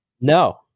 No